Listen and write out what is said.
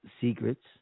secrets